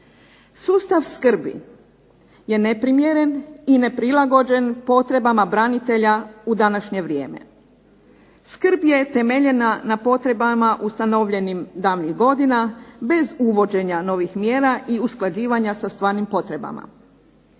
Sustav skrbi je neprimjeren i neprilagođen potrebama branitelja u današnje vrijeme. Skrb je temeljena na potrebama ustanovljenim davnih godina, bez uvođenja novih mjera i usklađivanja sa stvarnim potrebama.